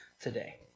today